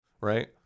right